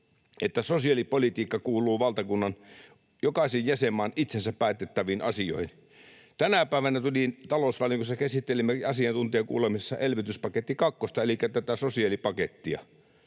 että sosiaalipolitiikka kuuluu valtakunnan, jokaisen jäsenmaan itsensä päätettäviin asioihin. Tänä päivänä talousvaliokunnassa käsittelimme asiantuntijakuulemisessa elvytyspaketti kakkosta elikkä tätä sosiaalipakettia.